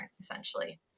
essentially